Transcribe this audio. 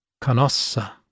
Canossa